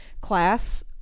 class